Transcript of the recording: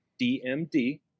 DMD